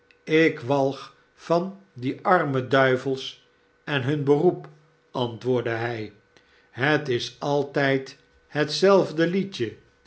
ik walg van die arme duivelsenhun beroep antwoordde hg het is altijd hetzelfde liedje